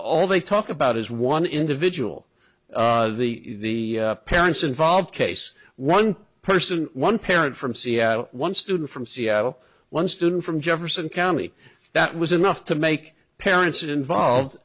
all they talk about is one individual the parents involved case one person one parent from seattle one student from seattle one student from jefferson county that was enough to make parents involved